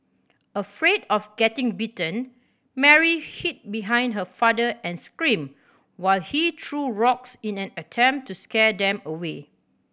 afraid of getting bitten Mary hid behind her father and screamed while he threw rocks in an attempt to scare them away